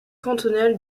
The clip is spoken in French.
cantonal